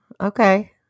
Okay